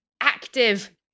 active